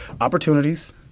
Opportunities